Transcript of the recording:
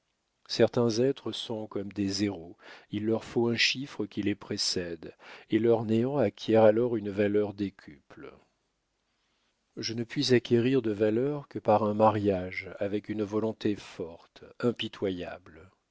certains êtres sont comme des zéros il leur faut un chiffre qui les précède et leur néant acquiert alors une valeur décuple je ne puis acquérir de valeur que par un mariage avec une volonté forte impitoyable